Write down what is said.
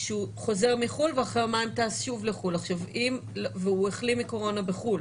שהוא חוזר מחו"ל ואחרי יומיים טס שוב לחו"ל והוא החלים מקורונה בחו"ל.